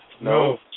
No